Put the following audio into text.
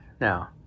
Now